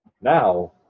now